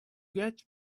get